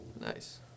Nice